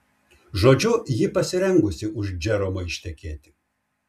žodžiu ji pasirengusi už džeromo ištekėti